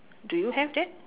do you have that